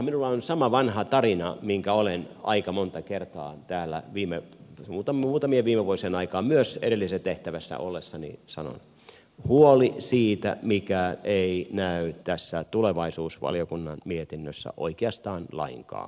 minulla on sama vanha tarina minkä olen aika monta kertaa täällä muutamien viime vuosien aikana myös edellisessä tehtävässä ollessani sanonut huoli siitä mikä ei näy tässä tulevaisuusvaliokunnan mietinnössä oikeastaan lainkaan